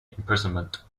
imprisonment